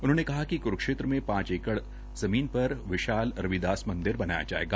उन्होंने कहा िक क्स्क्षेत्र में पांच एकड़ ज़मीन पर विशाल रविदास मंदिर बनाया जायेगा